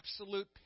absolute